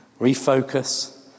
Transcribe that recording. refocus